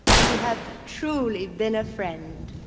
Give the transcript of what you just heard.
you have truly been a friend.